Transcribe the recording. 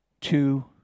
two